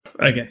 Okay